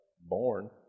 born